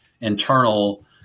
internal